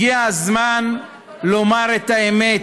הגיע הזמן לומר את האמת,